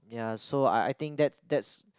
ya so I I think that that's